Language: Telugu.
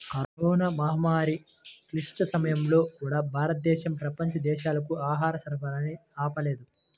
కరోనా మహమ్మారి క్లిష్ట సమయాల్లో కూడా, భారతదేశం ప్రపంచ దేశాలకు ఆహార సరఫరాని ఆపలేదు